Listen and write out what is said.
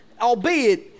albeit